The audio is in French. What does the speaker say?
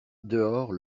dehors